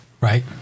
Right